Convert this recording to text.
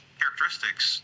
characteristics